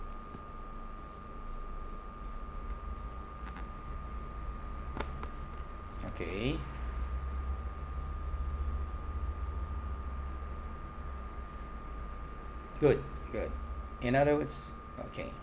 okay good good in other words okay